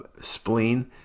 spleen